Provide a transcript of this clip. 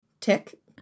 Tick